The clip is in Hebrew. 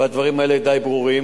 והדברים האלה די ברורים.